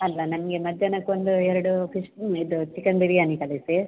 ಅಲ್ಲ ನನಗೆ ಮಧ್ಯಾಹ್ನಕ್ಕೆ ಒಂದು ಎರಡು ಫಿಶ್ ಇದು ಚಿಕನ್ ಬಿರ್ಯಾನಿ ಕಳಿಸಿ